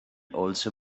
also